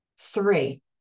Three